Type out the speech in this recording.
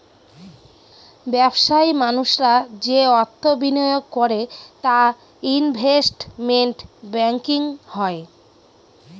ব্যবসায়ী মানুষরা যে অর্থ বিনিয়োগ করে তা ইনভেস্টমেন্ট ব্যাঙ্কিং হয়